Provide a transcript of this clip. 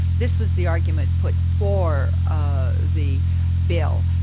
this was the argument put for ah the bill.